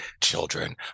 children